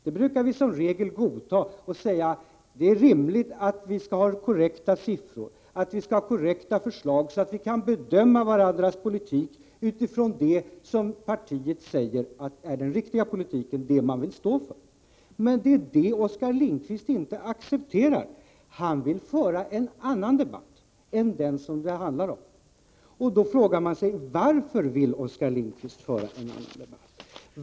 Det brukar vi som regel godta med motiveringen att det är rimligt att vi skall ha korrekta siffror och förslag, så att vi kan bedöma varandras förslag med utgångspunkt i det som partiet säger är den riktiga politiken, den som man vill stå för. Men det är detta som Oskar Lindkvist inte accepterar. Han vill föra en annan debatt. Jag frågar mig: Varför vill Oskar Lindkvist föra en annan debatt?